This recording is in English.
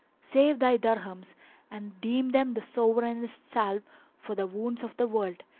save thy dirhams and deem them the sovereignest salve for the wounds of the world.